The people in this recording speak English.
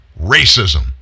racism